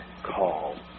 call